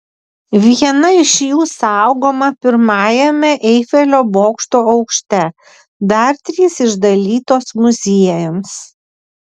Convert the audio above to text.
viena iš jų saugoma pirmajame eifelio bokšto aukšte dar trys išdalytos muziejams